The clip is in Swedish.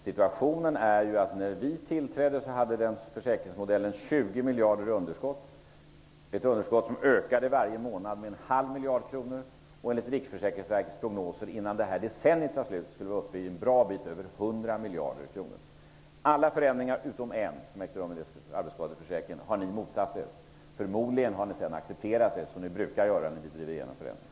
Situationen är den att när vi tillträdde hade den försäkringen 20 miljarder i underskott, som ökade varje månad med en halv miljard. Enligt Riksförsäkringsverkets prognoser skulle det ha varit uppe i en bra bit över 100 miljarder innan decenniet var slut. Alla förändringar utom en som gjorts i arbetsskadeföräkringen har ni motsatt er. Förmodligen har ni sedan accepterat dem, som ni brukar göra när vi drivit igenom dem.